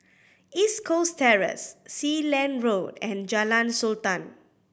East Coast Terrace Sealand Road and Jalan Sultan